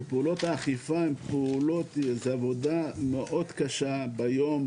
פעולות האכיפה זו עבודה מאוד קשה ביום,